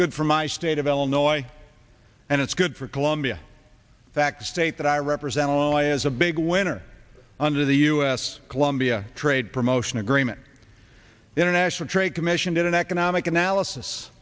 good for my state of illinois and it's good for colombia in fact state that i represent a lawyer is a big winner under the u s colombia trade promotion agreement the international trade commission did an economic analysis